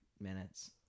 minutes